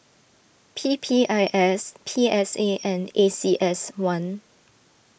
P P I S P S A and A C S one